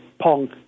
Pong